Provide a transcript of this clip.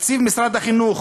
תקציב משרד החינוך,